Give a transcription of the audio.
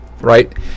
Right